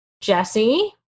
Jesse